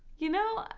you know,